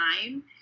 time